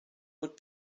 would